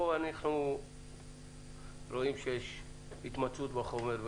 פה אנחנו רואים שיש התמצאות טובה בחומר,